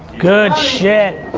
good shit.